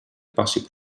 passi